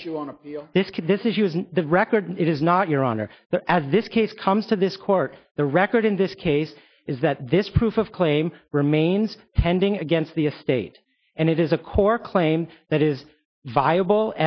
want this kid this is using the record it is not your honor that as this case comes to this court the record in this case is that this proof of claim remains pending against the estate and it is a core claim that is viable